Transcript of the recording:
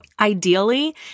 Ideally